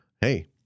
Hey